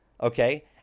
okay